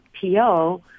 PO